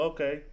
Okay